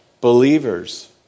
Believers